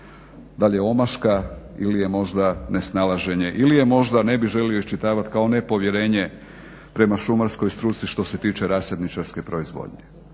da li je omaška ili je možda nesnalaženje ili je možda, ne bih želio iščitavati kao nepovjerenje prema šumarskoj struci što se tiče rasadničarske proizvodnje